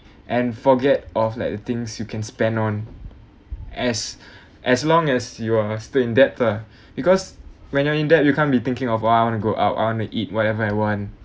and forget of like the things you can spend on as as long as you are still in debts ah because when you're in debt you can't be thinking of !wah! I want to go out I want to eat whatever I want